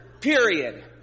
period